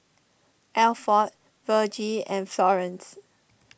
Alford Vergie and Florence